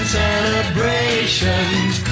celebrations